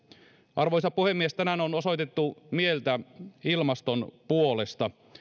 arvoisa puhemies tänään on osoitettu mieltä ilmaston puolesta